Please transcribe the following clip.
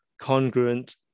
congruent